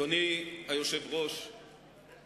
קודם קראתי לרוחמה אברהם,